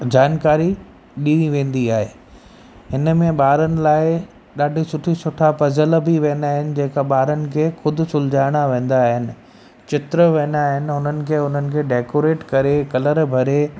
जानकारी ॾिनी वेंदी आहे हिन में ॿारनि लाइ ॾाढो सुठे सुठा पज़ल बि वेंदा आहिनि जेका ॿारनि खे ख़ुदि सुलिझाइणा वेंदा आहिनि चित्र वेंदा आहिनि उन्हनि खे हुनखे डेकोरेट करे कलर भरे